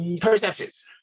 perceptions